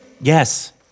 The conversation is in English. Yes